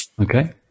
Okay